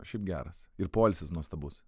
šiaip geras ir poilsis nuostabus